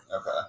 Okay